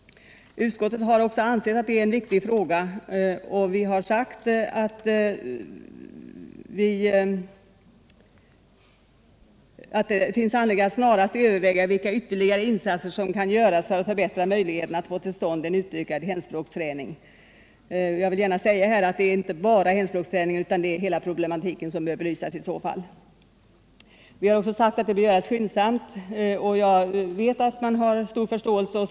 Utskottet har också framhållit att det är en viktig fråga. Vi har sagt att det finns anledning att snarast överväga vilka insatser som ytterligare kan göras för att förbättra möjligheterna att få till stånd en utökad hemspråksträning. Jag vill säga att det inte bara gäller hemspråksträningen, utan hela hemspråksproblematiken bör i så fall belysas. Det har också understrukits att åtgärder behöver vidtas skyndsamt, och jag vet att det finns stor förståelse för detta.